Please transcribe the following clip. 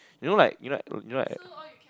you know like you know like you know like